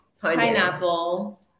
pineapple